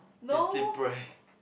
is slippery